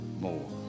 more